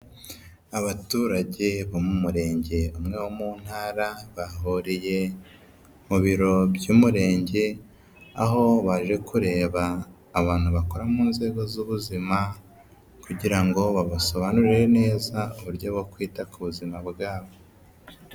Abaturage bo mu murenge umwe wo mu ntara, bahuriye mu biro by'umurenge, aho baje kureba abantu bakora mu nzego z'ubuzima kugira ngo babasobanurire neza uburyo bwo kwita ku buzima bwabo.